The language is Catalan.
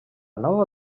nova